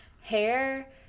hair